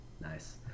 Nice